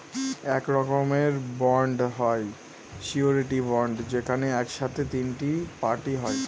এক রকমের বন্ড হয় সিওরীটি বন্ড যেখানে এক সাথে তিনটে পার্টি হয়